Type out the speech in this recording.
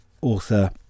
author